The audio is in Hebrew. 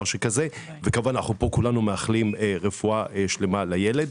שכזה וכולנו פה מאחלים רפואה שלימה לילד.